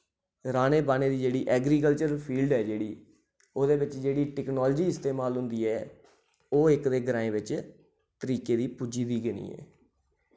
राह्ने बाह्ने दी जेह्ड़ी एग्रीकल्चर फील्ड ऐ जेह्ड़ी ओह्दे बिच जेह्ड़ी टेक्नोलाजी इस्तेमाल होंदी ऐ ओह् इक ते ग्राएं बिच तरीके दी पुज्जी दी गै नेईं ऐ